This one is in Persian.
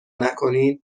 نکنین